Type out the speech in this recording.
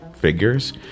figures